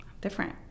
different